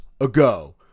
ago